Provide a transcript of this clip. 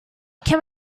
can